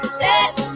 set